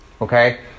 Okay